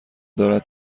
دارد